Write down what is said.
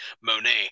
Monet